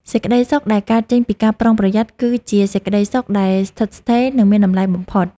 សេចក្តីសុខដែលកើតចេញពីការប្រុងប្រយ័ត្នគឺជាសេចក្តីសុខដែលស្ថិតស្ថេរ និងមានតម្លៃបំផុត។